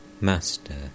Master